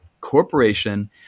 corporation